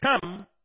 come